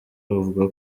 avuga